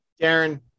Darren